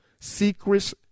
secrets